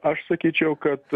aš sakyčiau kad